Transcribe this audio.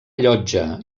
llotja